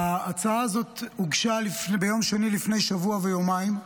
ההצעה הזאת הוגשה ביום שני לפני שבוע ויומיים,